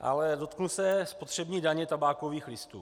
Ale dotkl se spotřební daně tabákových listů.